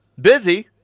Busy